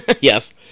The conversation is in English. Yes